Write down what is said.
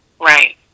right